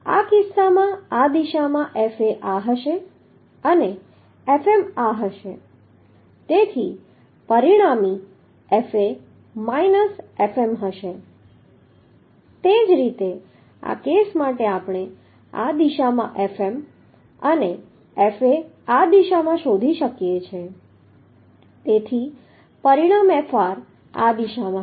આ કિસ્સામાં આ દિશામાં Fa આ હશે અને Fm આ હશે તેથી પરિણામી Fa માઈનસ Fm હશે તે જ રીતે આ કેસ માટે આપણે આ દિશામાં Fm અને Fa આ દિશામાં શોધી શકીએ છીએ તેથી પરિણામ Fr આ દિશામાં હશે